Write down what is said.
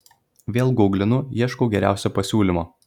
vėl guglinu ieškau geriausio pasiūlymo